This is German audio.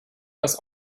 das